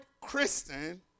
Christian